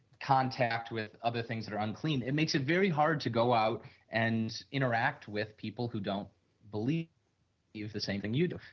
contact with other things that are unclean, it makes it very hard to go out and interact with people who don't believe use the same thing you do.